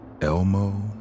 Elmo